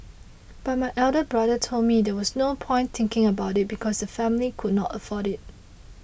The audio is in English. but my elder brother told me there was no point thinking about it because the family could not afford it